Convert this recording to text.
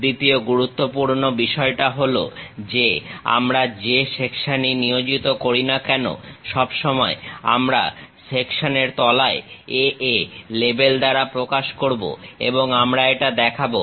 দ্বিতীয় গুরুত্বপূর্ণ বিষয়টা হলো যে আমরা যে সেকশনই নিয়োজিত করি না কেন সব সময় আমরা সেকশনের তলায় A A লেবেল দ্বারা প্রকাশ করবো এবং আমরা এটা দেখাবো